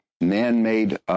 man-made